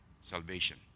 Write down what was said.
salvation